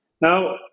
Now